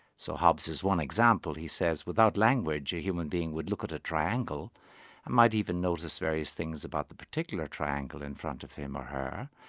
so hobbes' one example, he says, without language, a human being would look at a triangle and might even notice various things about the particular triangle in front of him or her,